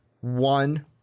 one